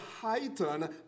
heighten